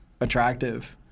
attractive